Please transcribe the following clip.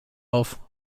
auf